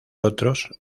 otros